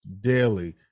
daily